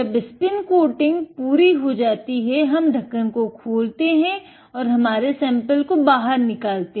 जब spin coating पूरी हो जाती है हम ढक्कन को खोलते हैं हमारे सैंपल को बाहर निकाले